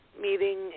meeting